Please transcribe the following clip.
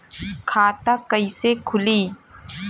खाता कईसे खुली?